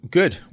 good